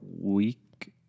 week